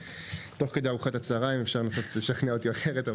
תוך כדי ארוחת הצהריים אפשר לנסות ולשכנע אותי אחרת,